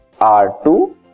R2